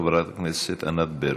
חברת הכנסת ענת ברקו.